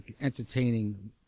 entertaining